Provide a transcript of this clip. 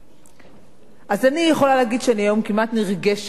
אז אני יכולה להגיד שאני היום כמעט נרגשת להביא